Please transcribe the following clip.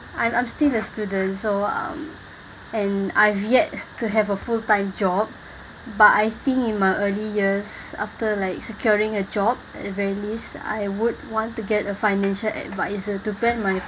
I'm I'm still a student so um and I've yet to have a full time job but I think in my early years after like securing a job eventually I would want to get a financial advisor to plan my